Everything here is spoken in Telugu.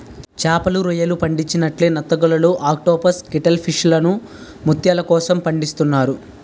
చేపలు, రొయ్యలు పండించినట్లే నత్తగుల్లలు ఆక్టోపస్ కేటిల్ ఫిష్లను ముత్యాల కోసం పండిస్తున్నారు